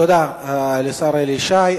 תודה לשר אלי ישי.